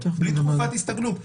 לתקופת הסתגלות,